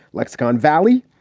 lexicon valley.